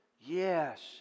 Yes